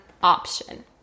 option